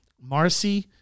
Marcy